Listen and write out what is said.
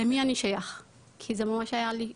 למי אני שייך?" וזה ממש היה לי כואב,